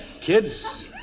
kids